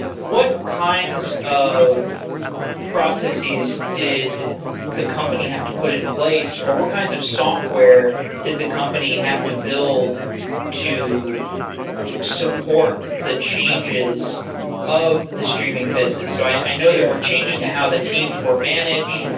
what kinds of processes did the company have to put in place, or what kinds of software did the company have to build to support the changes of the streaming business? i know there yeah were changes to how the teams were managed.